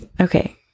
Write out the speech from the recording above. Okay